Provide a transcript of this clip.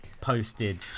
posted